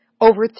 Over